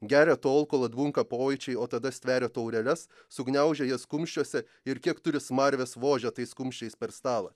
geria tol kol atbunka pojūčiai o tada stveria taureles sugniaužia jas kumščiuose ir kiek turi smarvės vožia tais kumščiais per stalą